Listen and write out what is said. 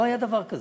לא היה דבר כזה.